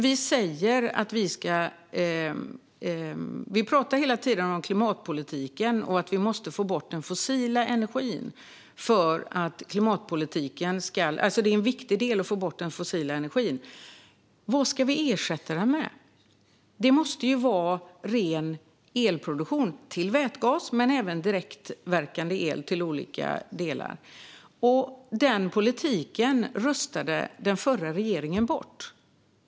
Vi pratar hela tiden om klimatpolitiken och att det är viktigt att få bort den fossila energin, men vad ska vi ersätta den med? Det måste vara ren elproduktion till vätgas men även direktverkande el till olika delar, men den politiken röstade den förra regeringen bort.